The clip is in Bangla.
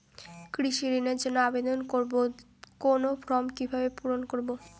কৃষি ঋণের জন্য আবেদন করব কোন ফর্ম কিভাবে পূরণ করব?